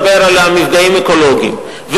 לגבי האוכלוסייה הפלסטינית.